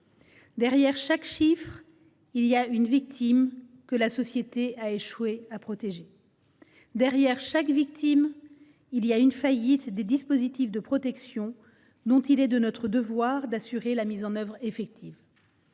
Derrière chaque chiffre, il y a une victime que la société a échoué à protéger. Derrière chaque victime, il y a une faillite des dispositifs de protection dont il est de notre devoir d’assurer la mise en œuvre effective.